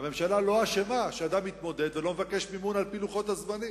הממשלה לא אשמה שאדם לא מתמודד ולא מבקש מימון על-פי לוחות הזמנים.